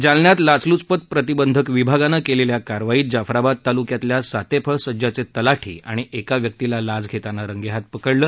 जालन्यात लाचलुचपत प्रतिबंधक विभागानं केलेल्या कारवाईत जाफराबाद तालुक्यातल्या सातेफळ सज्जाचे तलाठी आणि एका व्यक्तीला लाच घेताना रंगेहाथ पकडलं